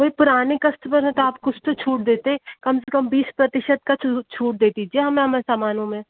वही पुराने कस्टमर हैं तो आप कुछ तो छूट देते कम से कम बीस प्रतिशत का छूट देती दीजिए हमें हमारे सामानों में